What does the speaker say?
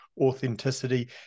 authenticity